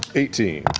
eighteen.